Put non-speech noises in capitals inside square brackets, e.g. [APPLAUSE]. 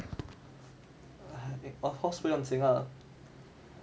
[BREATH] of course 不用紧 lah